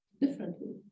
differently